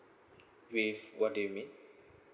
with what do you mean